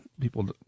people